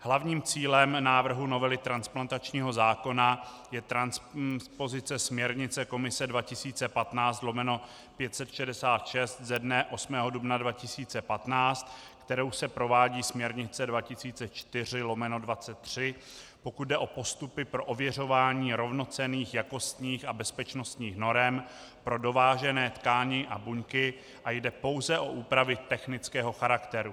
Hlavním cílem návrhu novely transplantačního zákona je transpozice směrnice Komise 2015/566 ze dne 8. dubna 2015, kterou se provádí směrnice 2004/23, pokud jde o postupy pro ověřování rovnocenných jakostních a bezpečnostních norem pro dovážené tkáně a buňky, a jde pouze o úpravy technického charakteru.